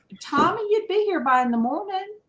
tommy you'd be here by in the moment,